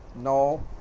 No